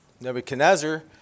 Nebuchadnezzar